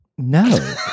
No